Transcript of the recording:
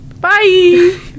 Bye